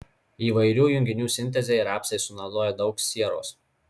įvairių junginių sintezei rapsai sunaudoja daug sieros